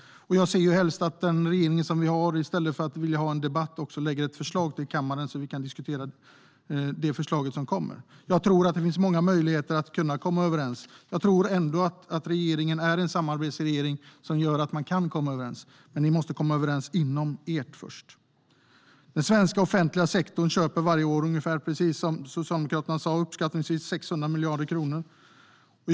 Jag ser helst att den regering vi har i stället för att vilja ha en debatt lägger fram ett förslag till kammaren så att vi kan diskutera det. Jag tror att det finns många möjligheter för att komma överens. Jag tror ändå att regeringen är en samarbetsregering, vilket gör att vi kan komma överens. Men man måste komma överens inom regeringen först. Den svenska offentliga sektorn köper varje år tjänster för uppskattningsvis 600 miljarder kronor, vilket Socialdemokraterna sa.